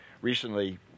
recently